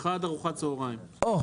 אלא בהתאם --- לא,